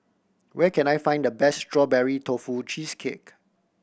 where can I find the best Strawberry Tofu Cheesecake